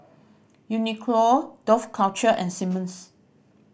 Uniqlo Dough Culture and Simmons